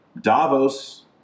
Davos